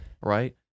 right